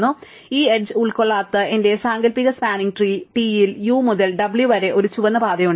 അതിനാൽ ഈ എഡ്ജ് ഉൾക്കൊള്ളാത്ത എന്റെ സാങ്കൽപ്പിക സ്പാനിംഗ് ട്രീ Tയിൽ u മുതൽ w വരെ ഒരു ചുവന്ന പാതയുണ്ട്